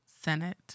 senate